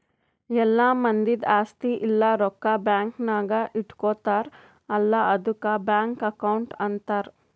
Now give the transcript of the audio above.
ಎಲ್ಲಾ ಮಂದಿದ್ ಆಸ್ತಿ ಇಲ್ಲ ರೊಕ್ಕಾ ಬ್ಯಾಂಕ್ ನಾಗ್ ಇಟ್ಗೋತಾರ್ ಅಲ್ಲಾ ಆದುಕ್ ಬ್ಯಾಂಕ್ ಅಕೌಂಟ್ ಅಂತಾರ್